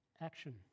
Action